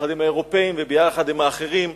יחד עם האירופים וביחד עם האחרים,